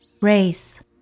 race